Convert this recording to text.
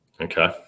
okay